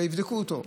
ויבדקו אותו.